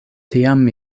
tiam